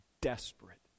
desperate